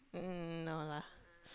mmhmm mmhmm no lah